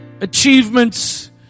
achievements